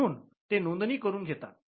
म्हणून ते नोंदणी करून घेतात